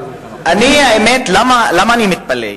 האמת, למה אני מתפלא?